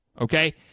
okay